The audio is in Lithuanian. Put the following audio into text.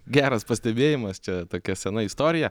geras pastebėjimas čia tokia sena istorija